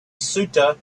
ceuta